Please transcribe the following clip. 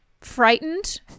frightened